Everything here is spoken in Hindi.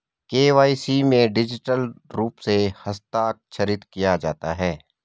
के.वाई.सी में डिजिटल रूप से हस्ताक्षरित किया जाता है